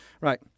Right